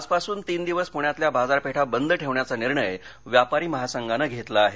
आजपासून तीन दिवस पूण्यातल्या बाजारपेठा बंद ठेवण्याचा निर्णय व्यापारी महासंघानं घेतला आहे